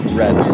red